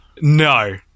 no